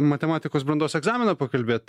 matematikos brandos egzaminą pakalbėt